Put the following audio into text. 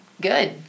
good